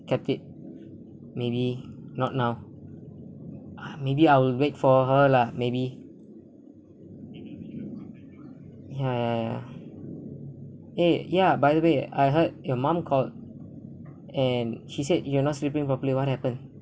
kept it maybe not now maybe I'll wait for her lah maybe ya ya ya ya by the way I heard your mom called and she said you are not sleeping properly what happen